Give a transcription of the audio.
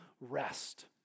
rest